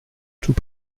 tout